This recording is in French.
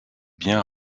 bien